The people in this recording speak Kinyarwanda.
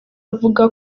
avuga